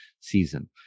season